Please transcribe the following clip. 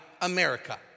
America